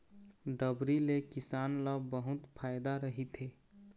डबरी ले किसान ल बहुत फायदा रहिथे